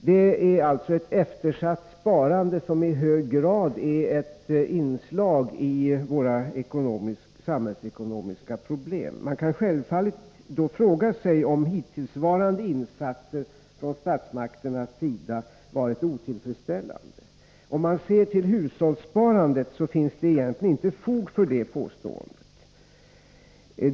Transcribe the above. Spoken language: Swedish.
Det är alltså ett eftersatt sparande, som i hög grad är ett inslag i våra samhällsekonomiska problem. Man kan då självfallet fråga sig om hittillsvarande insatser från statsmakternas sida varit otillfredsställande. Om man' ser till hushållssparandet finner man att det inte finns fog för detta påstående.